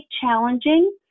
challenging